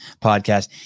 podcast